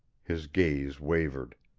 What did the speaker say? his gaze wavered.